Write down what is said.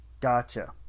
Gotcha